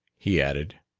he added,